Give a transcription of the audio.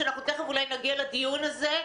ותיכף אולי נגיע לדיון הזה,